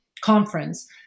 conference